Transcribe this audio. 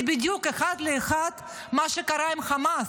זה בדיוק אחד לאחד מה שקרה עם חמאס: